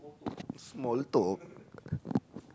small talk